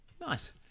Nice